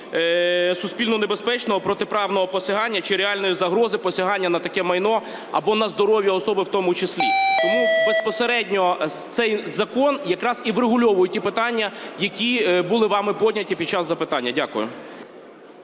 суспільно небезпечного, протиправного посягання чи реальної загрози посягання на таке майно або на здоров'я особи в тому числі. Тому безпосередньо цей закон якраз і врегульовує ті питання, які були вами підняті під час запитання. Дякую.